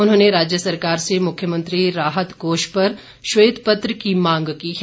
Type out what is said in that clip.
उन्होंने राज्य सरकार से मुख्यमंत्री राहत कोष पर श्वेत पत्र की मांग की है